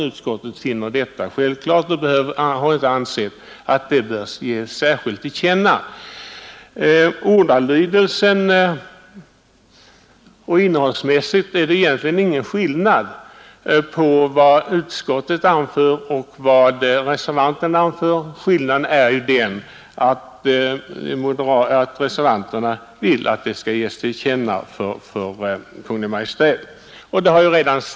Utskottet finner detta självklart och har inte ansett att det bör ges särskilt till känna. Innehållsmässigt är det ingen skillnad mellan vad utskottet anför och vad reservanterna anför. Skillnaden består i att reservanterna vill att utskottets mening skall ges Kungl. Maj:t till känna.